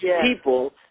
people